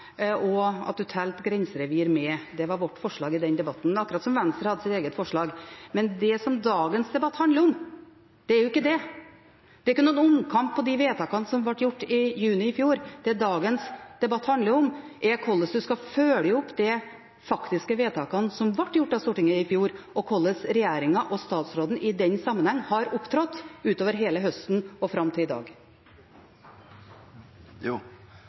at ynglinger i grenserevir telte med. Det var vårt forslag i den debatten – akkurat som Venstre hadde sitt eget forslag. Men det som dagens debatt handler om, er jo ikke det. Det er ikke noen omkamp om de vedtakene som ble gjort i juni i fjor. Det dagens debatt handler om, er hvordan en skal følge opp de faktiske vedtakene som ble gjort av Stortinget i fjor, og hvordan regjeringen og statsråden i den sammenheng har opptrådt utover hele høsten og fram til i dag. Neste spørsmål blir jo